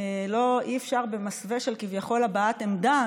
אי-אפשר במסווה של כביכול הבעת עמדה,